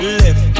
left